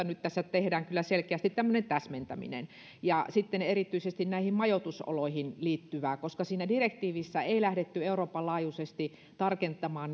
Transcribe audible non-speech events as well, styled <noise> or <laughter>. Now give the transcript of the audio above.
<unintelligible> nyt tässä tehdään kyllä selkeästi tämmöinen täsmentäminen sitten erityisesti näihin majoitusoloihin liittyvää siinä direktiivissä ei lähdetty euroopan laajuisesti tarkentamaan <unintelligible>